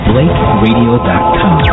BlakeRadio.com